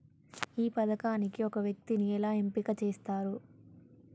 ఈ పథకానికి ఒక వ్యక్తిని ఎలా ఎంపిక చేస్తారు?